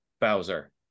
Bowser